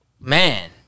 man